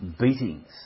beatings